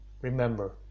Remember